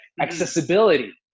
Accessibility